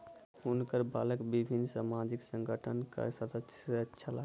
हुनकर बालक विभिन्न सामाजिक संगठनक सदस्य छला